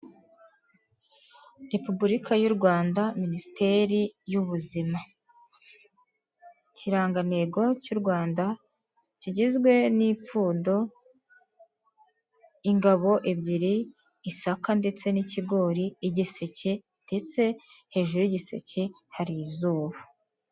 Repubulika y'u Rwanda minisiteri y'ubuzima, ikirangantego cy'u Rwanda kigizwe n'ipfundo ingabo ebyiri, isaka ndetse n' ikigori, igiseke ndetse hejuru y'igiseke hari izuba.